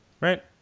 right